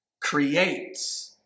creates